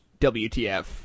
WTF